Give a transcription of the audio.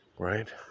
Right